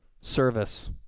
service